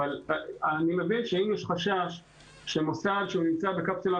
אבל אני מבין שאם יש חשש שמוסד שנמצא בקפסולה